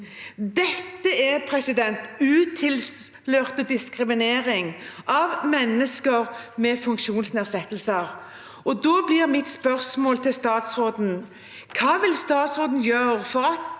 Dette er utilslørt diskriminering av mennesker med funksjonsnedsettelser. Da blir mitt spørsmål til statsråden: Hva vil statsråden gjøre for at